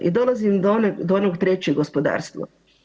I dolazim do onog trećeg gospodarstvo.